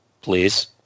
please